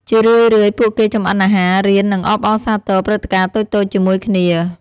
ជារឿយៗ ពួកគេចម្អិនអាហារ រៀន និងអបអរសាទរព្រឹត្តិការណ៍តូចៗជាមួយគ្នា។